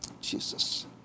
Jesus